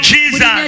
Jesus